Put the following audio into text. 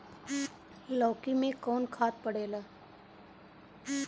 लौकी में कौन खाद पड़ेला?